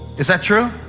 is that true?